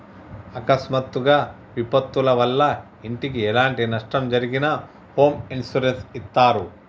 అకస్మాత్తుగా విపత్తుల వల్ల ఇంటికి ఎలాంటి నష్టం జరిగినా హోమ్ ఇన్సూరెన్స్ ఇత్తారు